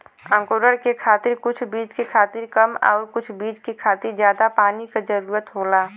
अंकुरण के खातिर कुछ बीज के खातिर कम आउर कुछ बीज के खातिर जादा पानी क जरूरत होला